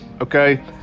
okay